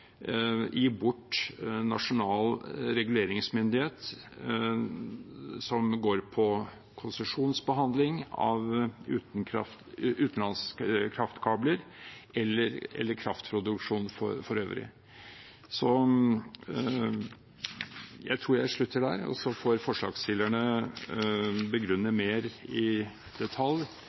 bort nasjonal reguleringsmyndighet som går på konsesjonsbehandling av utenlandske kraftkabler eller kraftproduksjon for øvrig. Jeg tror jeg slutter der, og så får forslagsstillerne begrunne mer i detalj